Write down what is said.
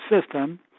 system